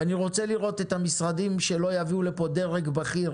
ואני רוצה לראות את המשרדים שלא יביאו דרג בכיר,